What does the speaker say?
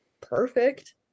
perfect